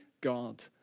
God